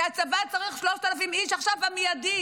כי הצבא צריך 3,000 איש עכשיו במיידי